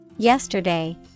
Yesterday